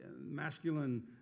masculine